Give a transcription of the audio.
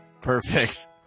Perfect